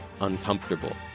uncomfortable